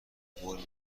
قول